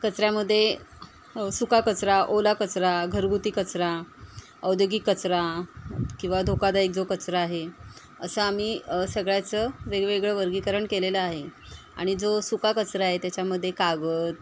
कचऱ्यामध्ये सुका कचरा ओला कचरा घरगुती कचरा औद्योगिक कचरा किंवा धोकादायक जो कचरा आहे असं आम्ही सगळ्याचं वेगवेगळं वर्गीकरण केलेलं आहे आणि जो सुका कचरा आहे त्याच्यामध्ये कागद